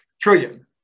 trillion